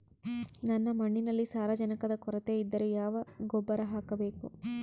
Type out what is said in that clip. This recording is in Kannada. ನನ್ನ ಮಣ್ಣಿನಲ್ಲಿ ಸಾರಜನಕದ ಕೊರತೆ ಇದ್ದರೆ ಯಾವ ಗೊಬ್ಬರ ಹಾಕಬೇಕು?